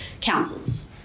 councils